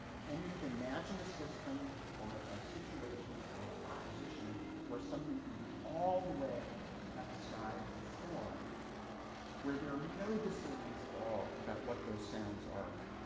can you imagine a system or a situation or a proposition where something can be all the way at the side of form where there are no decisions at all about what those sounds are?